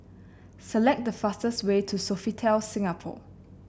select the fastest way to Sofitel Singapore